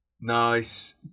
Nice